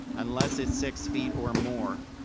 unless it's six feet or more.